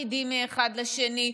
תפקידים מאחד לשני,